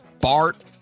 BART